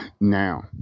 Now